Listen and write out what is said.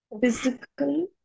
physically